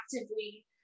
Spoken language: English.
actively